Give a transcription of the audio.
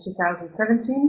2017